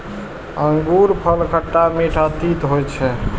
अंगूरफल खट्टा, मीठ आ तीत होइ छै